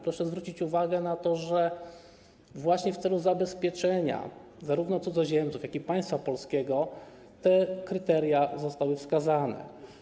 Proszę zwrócić uwagę na to, że właśnie w celu zabezpieczenia zarówno cudzoziemców, jak i państwa polskiego te kryteria zostały wskazane.